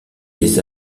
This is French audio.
des